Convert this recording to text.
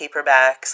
paperbacks